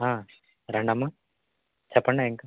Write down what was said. రండమ్మ చెప్పండి ఏంక